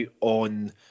on